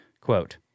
Quote